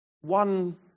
one